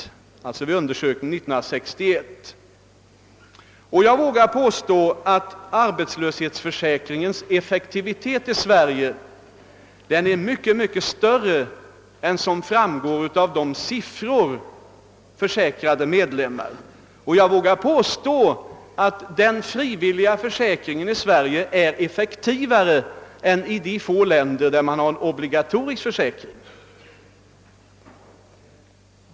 Jag vågar dessutom påstå att effektiviteten hos = arbetslöshetsförsäkringen i Sverige är mycket större än vad som framgår av siffrorna över försäkrade medlemmar. Den frivilliga försäkringen i Sverige är effektivare än de obligatoriska försäkringarna i de få länder där sådana finns.